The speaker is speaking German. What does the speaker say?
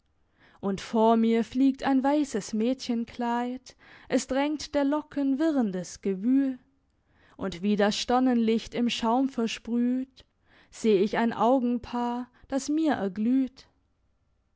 und vor mir fliegt ein weisses mädchenkleid es drängt der locken wirrendes gewühl und wie das sternenlicht im schaum versprüht seh ich ein augenpaar das mir erglüht